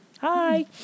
Hi